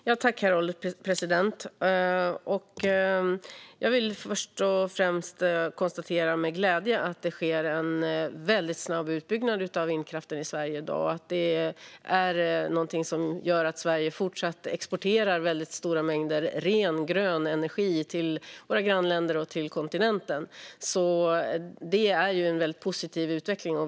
Herr ålderspresident! Först och främst kan jag med glädje konstatera att det sker en väldigt snabb utbyggnad av vindkraften i Sverige i dag. Det är något som gör att vi i Sverige exporterar stora mängder ren, grön energi till våra grannländer och till kontinenten. Det är en väldigt positiv utveckling.